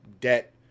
debt